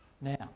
Now